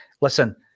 Listen